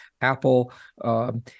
Apple